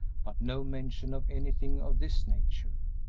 but no mention of anything of this nature.